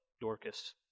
Dorcas